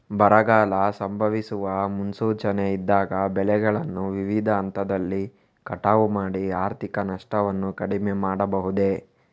ಬರಗಾಲ ಸಂಭವಿಸುವ ಮುನ್ಸೂಚನೆ ಇದ್ದಾಗ ಬೆಳೆಗಳನ್ನು ವಿವಿಧ ಹಂತದಲ್ಲಿ ಕಟಾವು ಮಾಡಿ ಆರ್ಥಿಕ ನಷ್ಟವನ್ನು ಕಡಿಮೆ ಮಾಡಬಹುದೇ?